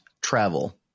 travel